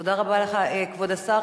תודה רבה לך, כבוד השר.